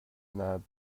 nad